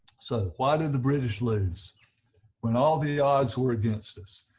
so why did the british lose when all the odds were against us.